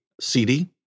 CD